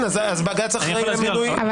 אתייחס למה